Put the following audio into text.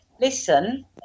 listen